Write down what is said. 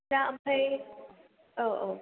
दा ओमफ्राय औ औ